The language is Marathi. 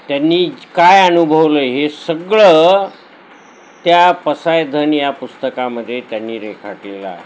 त्यांनी काय अनुभवलं हे सगळं त्या पसायधन या पुस्तकामध्ये त्यांनी रेखाटलेलं आहे